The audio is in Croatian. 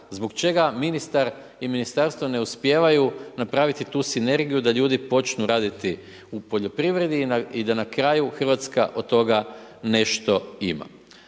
Zbog čega ministar i ministarstvo ne uspijevaju napraviti tu sinergiju da ljudi počnu raditi u poljoprivredi i da na kraju Hrvatska nešto ima.